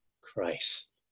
Christ